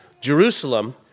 Jerusalem